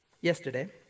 yesterday